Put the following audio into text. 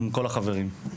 כל החברים,